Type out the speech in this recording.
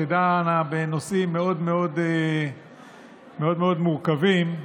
שדנה בנושאים מאוד מאוד מאוד מאוד מורכבים,